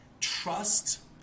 trust